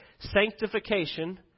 sanctification